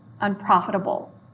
unprofitable